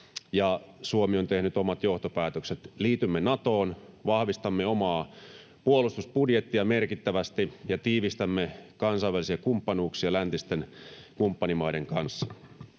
Suomi on tehnyt omat johtopäätökset. Liitymme Natoon, vahvistamme omaa puolustusbudjettiamme merkittävästi ja tiivistämme kansainvälisiä kumppanuuksia läntisten kumppanimaiden kanssa.